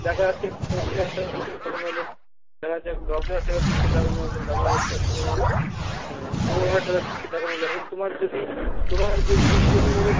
দেখা যাচ্ছে একটা দেখানো হলো দেখা যাচ্ছে দশ হাজার টাকার পিকচার দেখানো হলো দেখা যাচ্ছে একটা তোমার কোভারটার পিকচার দেখানো হল এখন তোমার যদি তোমার যদি তুমি যদি মনে